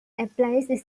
applies